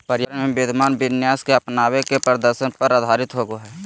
पर्यावरण में विद्यमान विन्यास के अपनावे के दर्शन पर आधारित होबा हइ